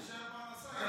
כולם רוצים שתהיה פרנסה.